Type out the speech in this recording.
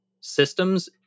systems